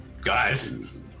guys